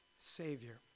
Savior